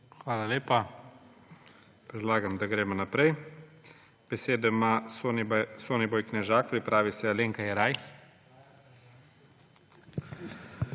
Hvala lepa. Predlagam, da gremo naprej. Besedo ima Soniboj Knežak. Pripravi se Alenka Jeraj.